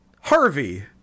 harvey